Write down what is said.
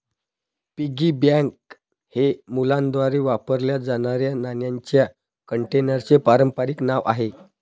piggy bank हे मुलांद्वारे वापरल्या जाणाऱ्या नाण्यांच्या कंटेनरचे पारंपारिक नाव आहे